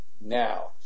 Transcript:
now